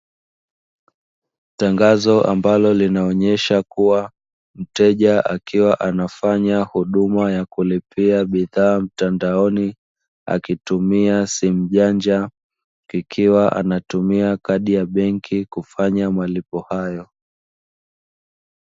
Tangazo ambalo linaonyesha kuwa mteja akiwa anafanya huduma ya kulipia bidhaa mtandaoni akutumia simu janja, ikiwa anatumia kadi ya benki kufanya malipo hayo.